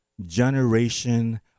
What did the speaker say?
generation